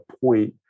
point